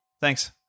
Thanks